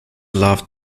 loved